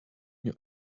new